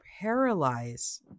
paralyze